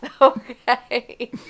Okay